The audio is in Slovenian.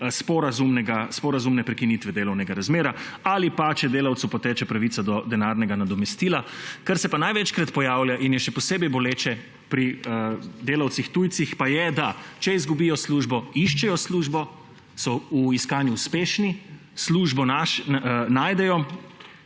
sporazumne prekinitve delovnega razmerja, ali pa če delavcu poteče pravica do denarnega nadomestila. Kar se pa največkrat pojavlja in je še posebej boleče pri delavcih tujcih, pa je to, da če izgubijo službo, iščejo službo, so v iskanju uspešni, službo najdejo,